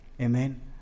Amen